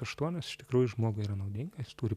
aštuonios iš tikrųjų žmogui yra naudinga jis turi